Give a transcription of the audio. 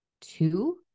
two